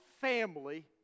family